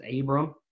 abram